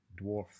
dwarf